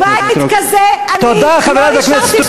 הוא אומר לי: בית כזה אני לא אישרתי להרוס,